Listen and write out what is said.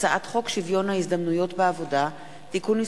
הצעת חוק שוויון ההזדמנויות בעבודה (תיקון מס'